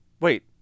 Wait